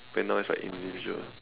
then now it's like individual